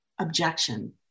objection